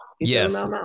Yes